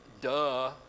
Duh